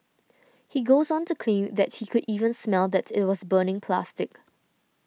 he goes on to claim that he could even smell that it was burning plastic